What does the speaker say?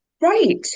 Right